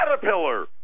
Caterpillar